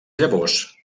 llavors